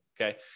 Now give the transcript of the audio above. okay